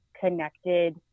connected